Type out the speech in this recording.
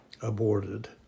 aborted